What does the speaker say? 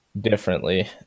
differently